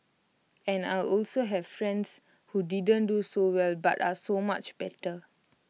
and I also have friends who didn't do so well but are so much better